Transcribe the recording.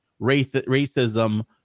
racism